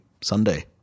Sunday